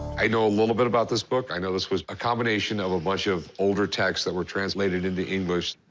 i know a little bit about this book. i know this was a combination of a bunch of older texts that were translated into english.